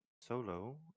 solo